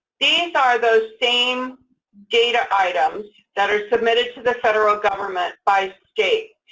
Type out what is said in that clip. these are those same data items that are submitted to the federal government by state.